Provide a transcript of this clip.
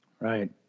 Right